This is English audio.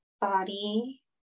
body